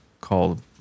called